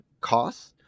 costs